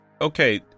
Okay